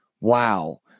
Wow